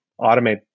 automate